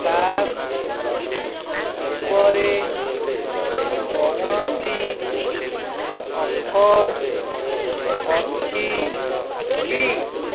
flask ଉପରେ କୌଣସି offer ଅଛି କି